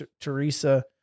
Teresa